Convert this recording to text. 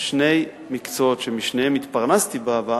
שני מקצועות שמשניהם התפרנסתי בעבר,